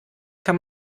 kann